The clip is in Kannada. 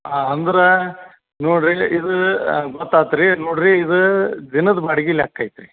ಹಾಂ ಅಂದ್ರ ನೋಡ್ರಿ ಇದ ಗೊತ್ತಾತು ರೀ ನೋಡ್ರಿ ಇದ ದಿನದ ಬಾಡ್ಗಿ ಲೆಕ್ಕ ಐತಿ ರೀ